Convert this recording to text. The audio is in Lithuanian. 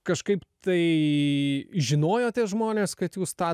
kažkaip tai žinojo tie žmones kad jūs tą